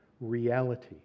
reality